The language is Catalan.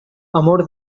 amor